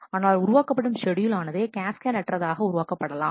ஆனால் உருவாக்கப்படும் ஷெட்யூல் ஆனது கேஸ்கட் அற்றதாக உருவாக்கப்படலாம்